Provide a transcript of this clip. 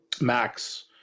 Max